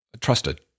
trusted